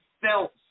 felt